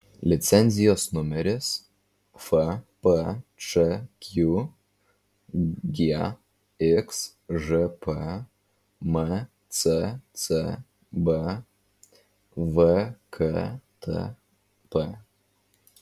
licenzijos numeris fpčq gxžp mccb vktp